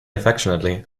affectionately